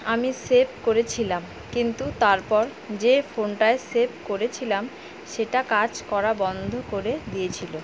আমি সেভ করেছিলাম কিন্তু তারপর যে ফোনটায় সেভ করেছিলাম সেটা কাজ করা বন্ধ করে দিয়েছিলো